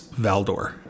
Valdor